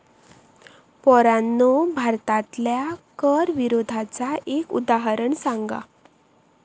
पोरांनो भारतातल्या कर विरोधाचा एक उदाहरण सांगा